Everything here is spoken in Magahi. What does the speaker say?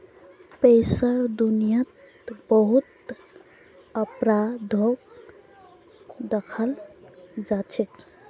पैसार दुनियात बहुत अपराधो दखाल जाछेक